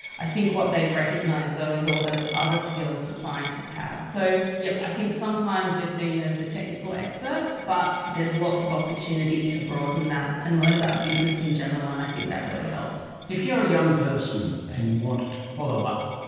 i think what they've recognised though is all those other skills that scientists have. so yes, i think sometimes you're seen as the technical expert, but there's lots of opportunity to broaden that and learn about business in general, and i think that really helps. if you're a young person and you want to follow up,